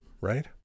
right